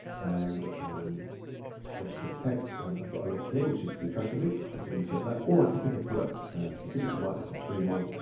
and um i just click text and i've got a link here which is the tracking link so i can insert that or i could pick a product specifically, like this xtreme one.